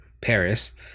Paris